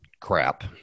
crap